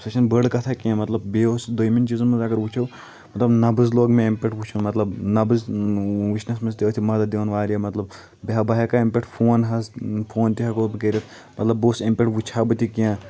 سُہ چھُ نہٕ بٔڑ کَتَھا کینٛہہ مطلب بیٚیہِ اوس دٔیِمیٚن چیٖزَن منٛز اَگر وٕچھو مطلب نَبٕز لوگ مےٚ اَمِہ پٮ۪ٹھ وٕچھُن مطلب نَبٕز وٕچھنَس منٛز تہِ ٲسۍ یہِ مَدد دِوان واریاہ مطلب بہٕ بہٕ ہٮ۪کہٕ ہا اَمہِ پٮ۪ٹھ فون حظ فون تہِ ہٮ۪کہٕ ہو بہٕ کٔرِتھ مطلب بہٕ اوسُس اَمہِ پٮ۪ٹھ وٕچھِ ہا بہٕ تہِ کینٛہہ